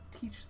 teach